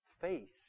face